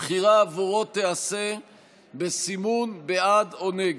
הבחירה עבורו תיעשה בסימון בעד או נגד.